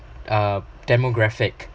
uh demographic